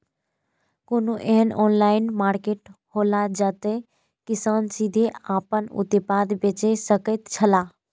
कोनो एहन online market हौला जते किसान सीधे आपन उत्पाद बेच सकेत छला?